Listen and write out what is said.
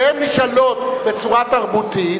והן נשאלות בצורה תרבותית,